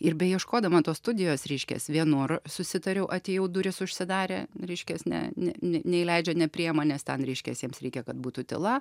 ir beieškodama tos studijos reiškias vienur susitariau atėjau durys užsidarė reiškias ne ne neįleidžia nepriima nes ten reiškias jiems reikia kad būtų tyla